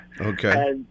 Okay